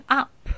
up